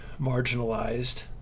marginalized